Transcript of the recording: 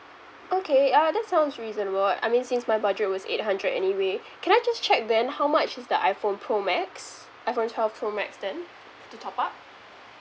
okay ah that sounds reasonable I mean since my budget was eight hundred anyway can I just check then how much is the iphone pro max iphone twelve pro max then to top up